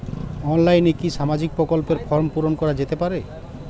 অনলাইনে কি সামাজিক প্রকল্পর ফর্ম পূর্ন করা যেতে পারে?